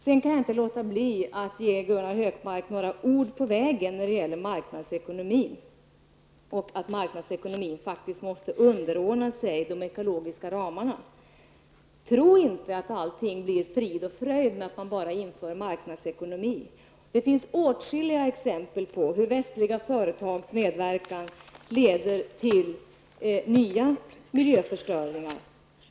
Sedan kan jag inte låta bli att ge Gunnar Hökmark några ord på vägen när det gäller marknadsekonomi och att marknadsekonomin måste underordna sig de ekologiska ramarna. Tro inte att allting blir frid och fröjd bara man inför marknadsekonomi. Det finns åtskilliga exempel på hur medverkan av företag från väst leder till ny miljöförstöring.